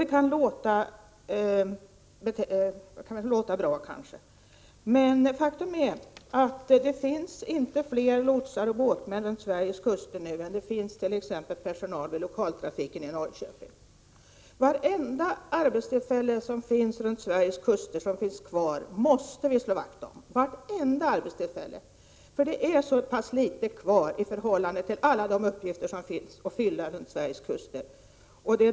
Det kan låta bra, men faktum är att det inte finns fler lotsar och båtsmän längs Sveriges kuster nu än dett.ex. finns personal vid lokaltrafiken i Norrköping. Vi måste slå vakt om varenda arbetstillfälle som finns kvar runt Sveriges kuster, därför att de är så få i förhållande till alla de uppgifter som finns att fylla.